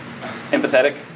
empathetic